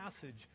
passage